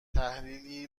تحلیلی